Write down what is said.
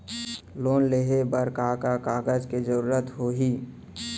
Loan लेहे बर का का कागज के जरूरत होही?